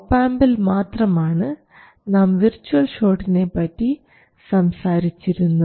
ഒപാംപിൽ മാത്രമാണ് നാം വിർച്വൽ ഷോട്ടിനെപ്പറ്റി സംസാരിച്ചിരുന്നത്